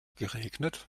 geregnet